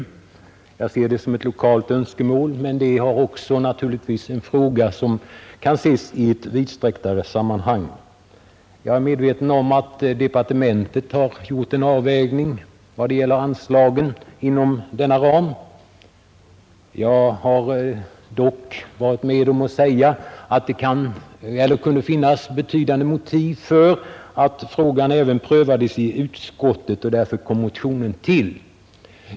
Jag ser det som ett lokalt önskemål, men det är naturligtvis också en fråga som kan ses i ett vidsträcktare sammanhang. Jag är medveten om att departementet har gjort en avvägning vad det gäller anslagen inom denna ram. Jag har dock varit med om att framhålla att det kunde finnas betydande motiv för att frågan även prövades i utskottet, och därför kom motionen till.